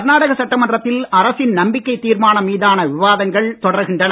கர்நாடக சட்டமன்றத்தில் அரசின் நம்பிக்கைத் தீர்மானம் மீதான விவாதங்கள் தொடர்கின்றன